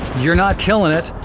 you're not killing it,